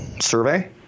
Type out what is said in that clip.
survey